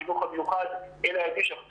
החינוך המיוחד אלה הילדים שאנחנו צריכים